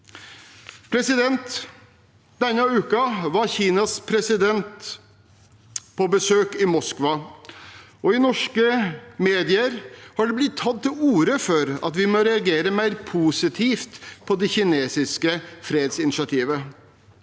vilje. Denne uken var Kinas president på besøk i Moskva, og i norske medier har det blitt tatt til orde for at vi må reagere mer positivt på det kinesiske fredsinitiativet.